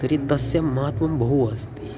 तर्हि तस्य महत्त्वं बहु अस्ति